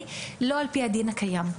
לא על פי הדין הקיים.